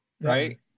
right